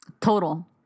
Total